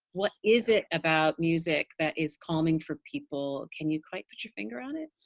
what is it about music that is calming for people? can you quite put your finger on it?